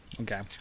okay